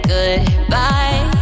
Goodbye